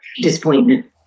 disappointment